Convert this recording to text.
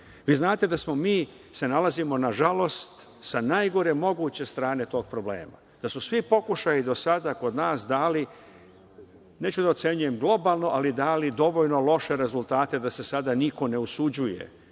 Vi znate da smo mi, da se nalazimo na žalost, sa najgore moguće strane tog problema, da su svi pokušaji do sada kod nas dali, neću da ocenjujem globalno, ali dali dovoljno loše rezultate da se sada niko ne usuđuje